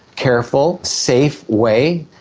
careful, safe way.